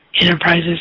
Enterprises